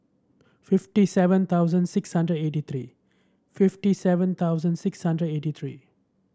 fifty seven thousand six hundred eighty three fifty seven thousand six hundred eighty three